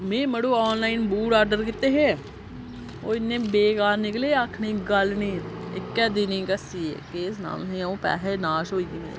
में मड़ो online boot order कीते हे ओह् इन्ने बेकार निकले आक्खने दी गल्ल नी इक्कै दिने घस्सी गे केह् सनां तुसेंगी अ'ऊं पैहे् नास होई गे मेरे